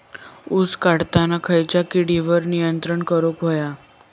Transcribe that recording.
ऊस वाढताना खयच्या किडींवर नियंत्रण करुक व्हया?